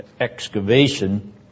excavation